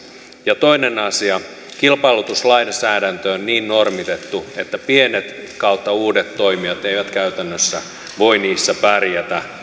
ja toinen asia kilpailutuslainsäädäntö on niin normitettu että pienet tai uudet toimijat eivät käytännössä voi niissä pärjätä